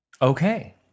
Okay